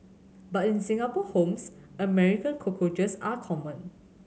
but in Singapore homes American cockroaches are common